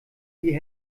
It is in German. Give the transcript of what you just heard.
die